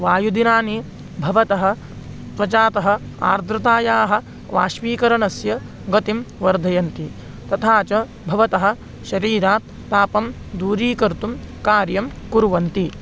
वायुदिनानि भवतः त्वचः आर्द्रतायाः वशीकरणस्य गतिं वर्धयन्ति तथा च भवतः शरीरात् तापं दूरीकर्तुं कार्यं कुर्वन्ति